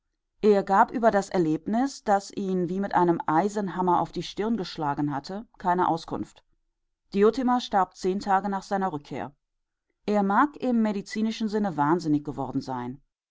er gab über das erlebnis das ihn wie mit einem eisenhammer auf die stirn geschlagen hatte keine auskunft diotima starb zehn tage nach seiner rückkehr er mag im medizinischen sinne wahnsinnig geworden sein